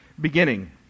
beginning